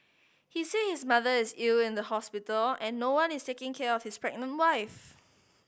he said his mother is ill in the hospital and no one is taking care of his pregnant wife